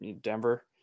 Denver